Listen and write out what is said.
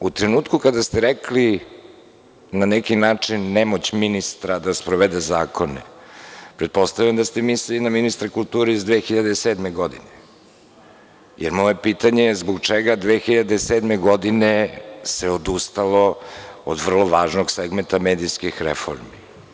U trenutku kada ste rekli, na neki način, nemoć ministra da sprovede zakone, pretpostavljam da ste mislili na ministra kulture iz 2007. godine jer moje pitanje – zbog čega se odustalo 2007. godine od vrlo važnog segmenta medijskih reformi?